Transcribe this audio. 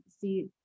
see